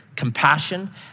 compassion